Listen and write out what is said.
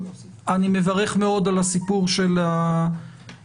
אני מברך מאוד על הסיפור של ההתקדמות